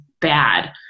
bad